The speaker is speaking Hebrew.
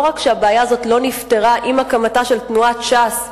לא רק שהבעיה הזאת לא נפתרה עם הקמתה של תנועת ש"ס,